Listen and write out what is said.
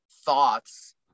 thoughts